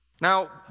Now